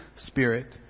spirit